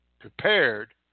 Prepared